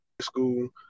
school